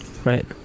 Right